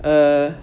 uh